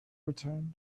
return